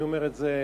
אני אומר את זה,